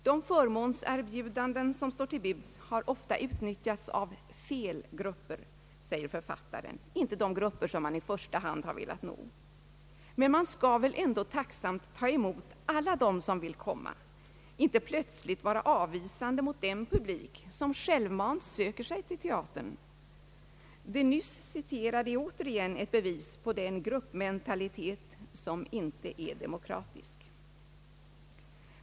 De förmånserbjudanden som står till buds har ofta utnyttjats av »fel» grupper, säger författaren, inte de grupper man i första hand har velat nå. Men man skall väl ändå tacksamt ta emot alla dem som vill komma, inte plötsligt vara avvisande mot den publik som självmant söker sig till teatern. Det nyss citerade är återigen ett bevis på den gruppmentalitet som inte är demokratisk.